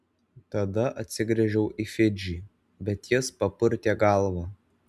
tada atsigręžiau į fidžį bet jis papurtė galvą